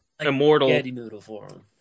immortal